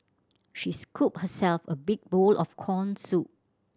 she scooped herself a big bowl of corn soup